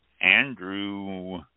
Andrew